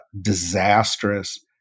disastrous